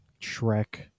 Shrek